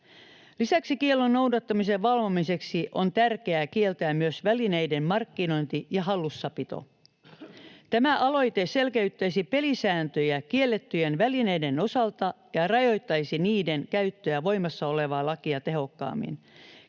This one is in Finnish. Lisäksi kiellon noudattamisen valvomiseksi on tärkeää kieltää myös välineiden markkinointi ja hallussapito. Tämä aloite selkeyttäisi pelisääntöjä kiellettyjen välineiden osalta ja rajoittaisi niiden käyttöä voimassa olevaa lakia tehokkaammin.